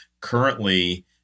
currently